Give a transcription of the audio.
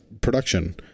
production